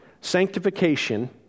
Sanctification